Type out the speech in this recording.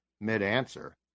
mid-answer